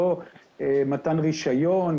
ההערה נרשמה.